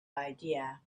idea